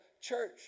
church